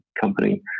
company